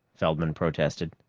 feldman protested.